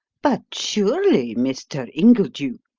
but surely, mr. ingledew,